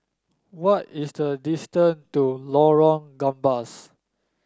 what is the distance to Lorong Gambas